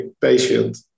patient